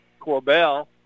Corbell